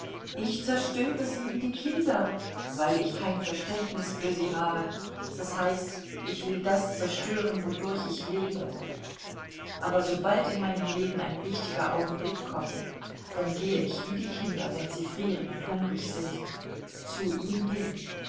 ich zerstöre sie wie die kinder weil ich kein verständnis für sie habe das heißt ich will das zerstören wodurch ich lebe aber sobald in meinem leben ein wichtiger augenblick kommt dann gehe ich wie die kinder wenn sie frieren und hungrig sind zu ihm hin